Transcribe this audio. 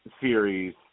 series